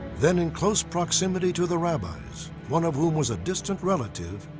then in close proximity to the rabbis, one of whom was a distant relative,